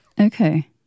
Okay